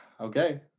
Okay